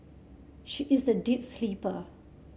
she is a deep sleeper